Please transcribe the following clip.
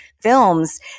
films